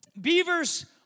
beavers